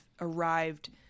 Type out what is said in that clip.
arrived